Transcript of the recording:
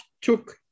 took